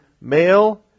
male